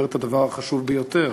את הדבר החשוב ביותר: